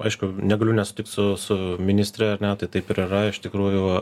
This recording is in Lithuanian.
aišku negaliu nesutikt su su ministre ar ne tai taip ir yra iš tikrųjų